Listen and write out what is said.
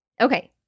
Okay